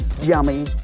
yummy